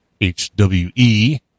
HWE